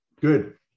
good